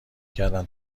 کردن